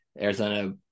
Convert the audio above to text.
Arizona